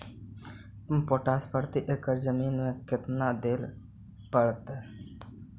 Potash प्रति एकड़ जमीन में केतना देबे पड़तै?